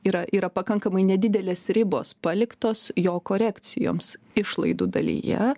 yra yra pakankamai nedidelės ribos paliktos jo korekcijoms išlaidų dalyje